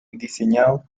diseñado